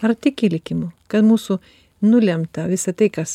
ar tiki likimu kad mūsų nulemta visa tai kas